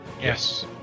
yes